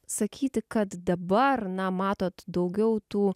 sakyti kad dabar na matot daugiau tų